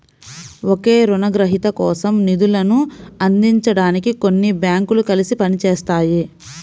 ఒకే రుణగ్రహీత కోసం నిధులను అందించడానికి కొన్ని బ్యాంకులు కలిసి పని చేస్తాయి